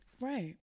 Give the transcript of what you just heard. Right